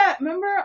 remember